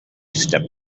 step